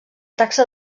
taxa